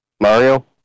Mario